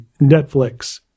Netflix